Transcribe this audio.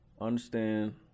understand